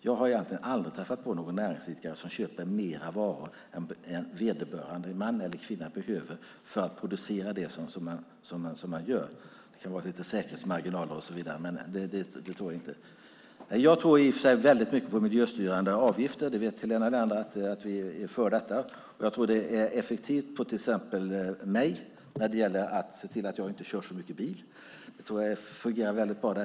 Jag har egentligen aldrig träffat på någon näringsidkare som köper mer varor än vederbörande, man eller kvinna, behöver för att producera det som man producerar. Det kan vara en liten säkerhetsmarginal och så vidare. Jag tror väldigt mycket på miljöstyrande avgifter. Helena Leander vet att vi är för detta. Jag tror att det är effektivt för att till exempel se till att jag inte kör så mycket bil. Det fungerar väldigt bra där.